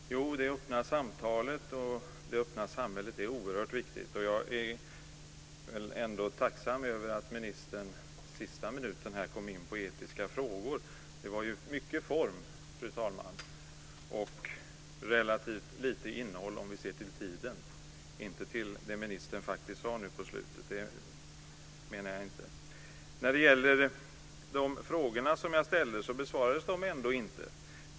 Fru talman! Jo, det öppna samtalet och det öppna samhället är oerhört viktiga. Jag är ändå tacksam över att ministern den sista minuten här kom in på etiska frågor. Det var ju mycket form, fru talman, och relativt lite innehåll, om vi ser till tiden - dock inte det ministern faktiskt sade nu på slutet; det menar jag inte. När det gäller de frågor jag ställde besvarades de inte.